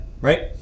right